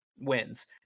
wins